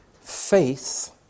faith